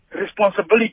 responsibility